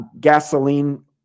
gasoline